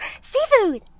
Seafood